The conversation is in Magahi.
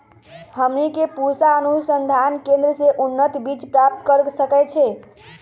हमनी के पूसा अनुसंधान केंद्र से उन्नत बीज प्राप्त कर सकैछे?